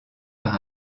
par